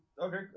Okay